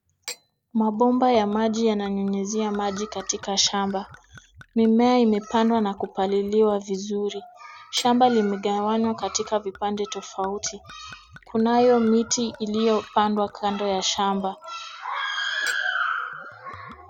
Mabomba ya maji yananyunyizia maji katika shamba. Mimea imepandwa na kupaliliwa vizuri. Shamba limegawanywa katika vipande tofauti. Kunayo miti iliyopandwa kando ya shamba.